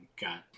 got